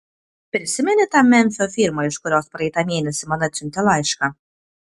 prisimeni tą memfio firmą iš kurios praeitą mėnesį man atsiuntė laišką